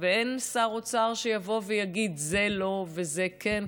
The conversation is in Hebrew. אין שר אוצר שיבוא ויגיד: זה לא וזה כן,